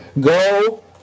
Go